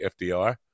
fdr